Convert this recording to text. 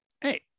hey